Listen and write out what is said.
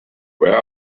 where